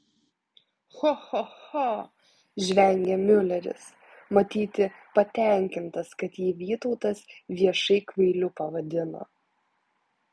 cho cho cho žvengė miuleris matyti patenkintas kad jį vytautas viešai kvailiu pavadino